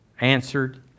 answered